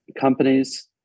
Companies